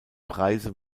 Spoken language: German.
preise